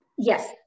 Yes